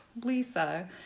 Lisa